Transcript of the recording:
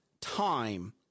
time